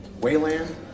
Wayland